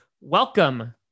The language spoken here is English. welcome